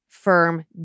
firm